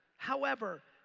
however,